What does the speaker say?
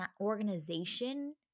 organization